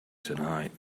tonight